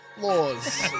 Laws